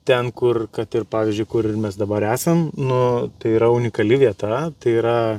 ten kur kad ir pavyzdžiui kur ir mes dabar esam nu tai yra unikali vieta tai yra